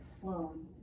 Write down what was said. flown